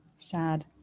Sad